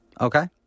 Okay